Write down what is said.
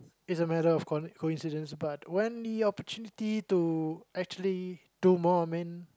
is a matter of con~ coincidence but when your opportunity to actually do more of man